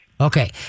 Okay